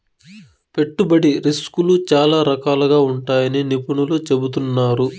పెట్టుబడి రిస్కులు చాలా రకాలుగా ఉంటాయని నిపుణులు చెబుతున్నారు